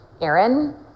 Aaron